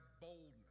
boldness